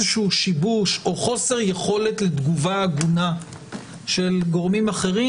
שיבוש או חוסר יכולת לתגובה הגונה של גורמים אחרים,